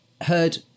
heard